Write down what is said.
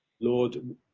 Lord